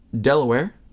Delaware